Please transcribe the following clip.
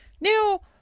now